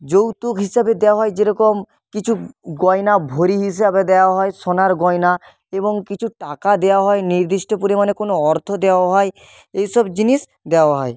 যৌতুক হিসাবে দেওয়া হয় যেরকম কিছু গয়না ভরি হিসাবে দেওয়াও হয় সোনার গয়না এবং কিছু টাকা দেওয়া হয় নির্দিষ্ট পরিমাণে কোনো অর্থ দেওয়াও হয় এইসব জিনিস দেওয়া হয়